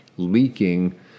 leaking